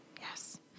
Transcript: Yes